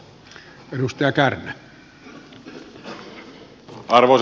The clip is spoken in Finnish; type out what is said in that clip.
arvoisa puhemies